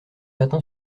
matin